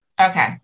Okay